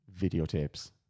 videotapes